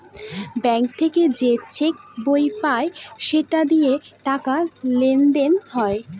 bank থেকে যে cheque বই পায় সেটা দিয়ে টাকা লেনদেন হয়